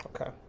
Okay